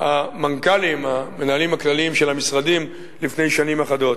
המנהלים הכלליים של המשרדים, לפני שנים אחדות.